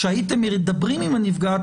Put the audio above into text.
כשהייתם מדברים עם הנפגעת,